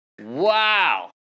Wow